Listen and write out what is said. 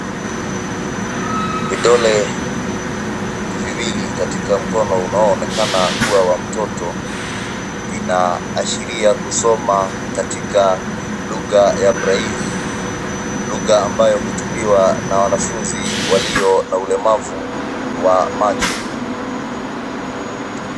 Vidole viwili katika mkono unaonekana kuwa wa mtoto vinaashiria kusoma katika lugha ya breli. Lugha ambayo hutumiwa na wanafunzi walio na ulemavu wa macho.